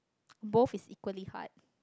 both is equally hard